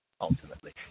ultimately